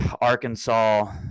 Arkansas